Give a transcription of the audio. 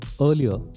earlier